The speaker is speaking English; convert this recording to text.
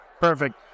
Perfect